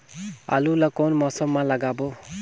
आलू ला कोन मौसम मा लगाबो?